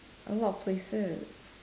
a lot of places